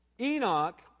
Enoch